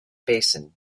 basin